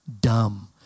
dumb